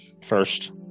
first